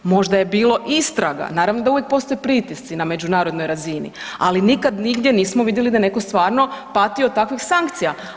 Možda je bilo istraga, naravno da uvijek postoje pritisci na međunarodnoj razini, ali nikad nigdje nismo vidjeli da neko stvarno pati od takvih sankcija.